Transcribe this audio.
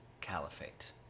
Caliphate